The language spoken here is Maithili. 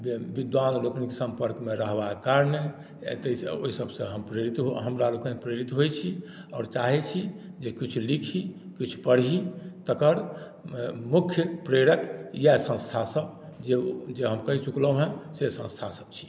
विद्वान लोकनिक सम्पर्कमे रहलाक कारणे एतैसँ ओहिसभसॅं हम प्रेरित हमरालोकनि प्रेरित होइ छी आओर चाहे छी जे किछु लिखी किछु पढ़ी तेकर मुख्य प्रेरक इहाय संस्था सभ जे हम कहि चुकलहुॅं हँ से संस्था सभ छी